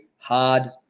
Hard